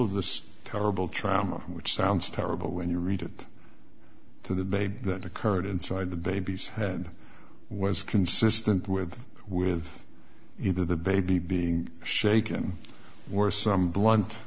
of this terrible trauma which sounds terrible when you read it to the baby that occurred inside the baby's head was consistent with with either the baby being shaken or some blunt